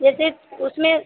जैसे उसमें